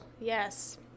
Yes